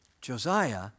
Josiah